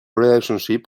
relationship